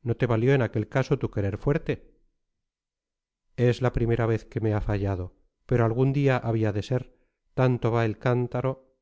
no te valió en aquel caso tu querer fuerte es la primera vez que me ha fallado pero algún día había de ser tanto va el cántaro